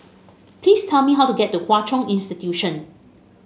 please tell me how to get to Hwa Chong Institution